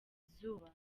izuba